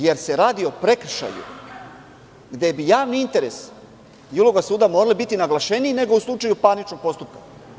Jer se radi o prekršaju, gde bi javni interes ovog suda morao biti naglašeniji u slučaju parničnog postupka.